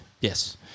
Yes